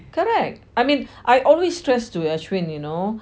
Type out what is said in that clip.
correct I mean I always stress to ashwin you know